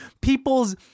people's